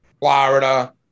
Florida